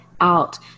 out